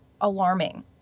alarming